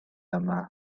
yma